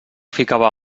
ficava